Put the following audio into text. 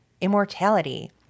immortality